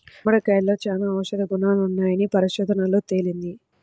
గుమ్మడికాయలో చాలా ఔషధ గుణాలున్నాయని పరిశోధనల్లో తేలింది